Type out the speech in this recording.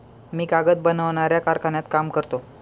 मी कागद बनवणाऱ्या कारखान्यात काम करतो